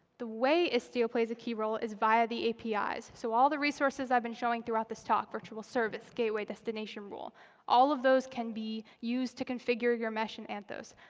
the way istio plays a key role is via the apis. so all the resources i've been showing throughout this talk virtual service, gateway, destination rule all of those can be used to configure your mesh in anthos.